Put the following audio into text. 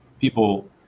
people